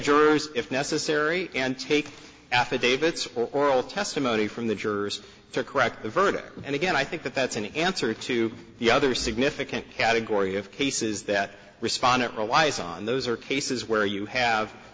jurors if necessary and take affidavits oral testimony from the jurors to correct the verdict and again i think that that's an answer to the other significant category of cases that respondent relies on those are cases where you have